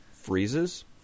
freezes